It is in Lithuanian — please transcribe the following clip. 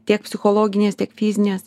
tiek psichologinės tiek fizinės